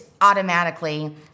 automatically